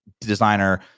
designer